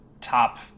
top